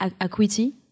acuity